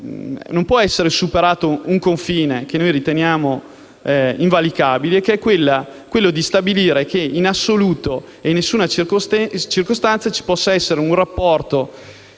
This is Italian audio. non può essere superato un confine che noi riteniamo invalicabile, stabilendo che, in assoluto e in nessuna circostanza, ci può essere un rapporto